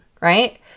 right